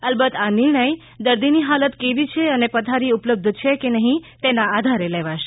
અલબત આ નિર્ણય દર્દીની હાલત કેવી છે અને પથરી ઉપલબ્ધ છે કે નફીં તેના આધારે લેવાશે